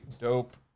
dope